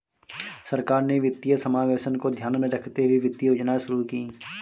सरकार ने वित्तीय समावेशन को ध्यान में रखते हुए वित्तीय योजनाएं शुरू कीं